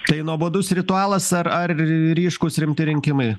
tai nuobodus ritualas ar ar ryškūs rimti rinkimai